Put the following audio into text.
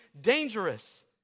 dangerous